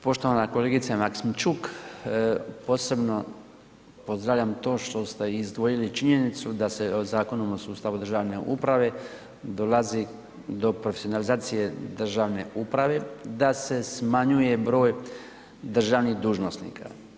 Poštovana kolegice Maksimčuk, posebno pozdravljam to što ste izdvojili činjenicu da se Zakonom o sustavu državne uprave dolazi do profesionalizacije državne uprave, da se smanjuje broj državnih dužnosnika.